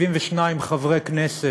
72 חברי כנסת,